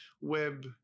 web